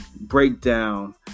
breakdown